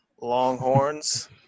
Longhorns